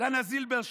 דינה זילבר,